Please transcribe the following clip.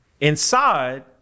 inside